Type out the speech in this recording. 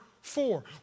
four